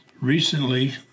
recently